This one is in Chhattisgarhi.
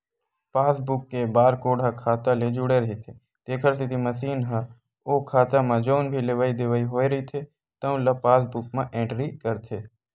पासबूक के बारकोड ह खाता ले जुड़े रहिथे तेखर सेती मसीन ह ओ खाता म जउन भी लेवइ देवइ होए रहिथे तउन ल पासबूक म एंटरी करथे